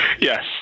Yes